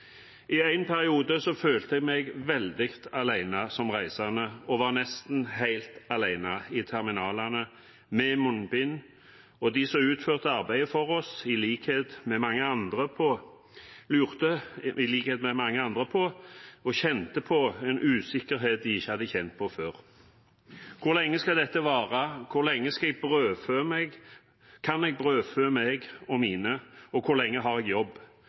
I en periode følte jeg meg veldig alene som reisende, og jeg var nesten helt alene i terminalene – med munnbind – og de som utførte arbeidet for oss, lurte i likhet med mange andre og kjente på en usikkerhet de ikke hadde kjent på før: Hvor lenge skal dette vare? Hvor lenge kan jeg brødfø meg? Kan jeg brødfø meg og mine? Hvor lenge har jeg jobb?